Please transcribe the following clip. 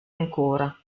ancora